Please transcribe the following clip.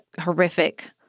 horrific